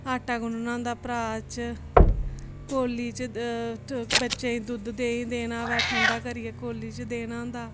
आटा गुन्नना होंदा परात च कोली च बच्चें गी दुद्ध देहीं देना होऐ ठंडा करियै कोली च देना होंदा